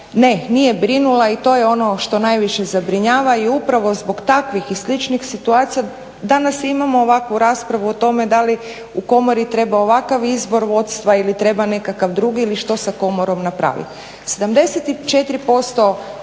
Ne, nije brinula i to je ono što najviše zabrinjava i upravo zbog takvih i sličnih situacija danas imamo ovakvu raspravu o tome da li u komori treba ovakav izbor vodstva ili treba nekakav drugi ili što sa komorom napravit.